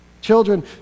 Children